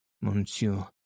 monsieur